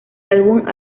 álbum